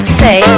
say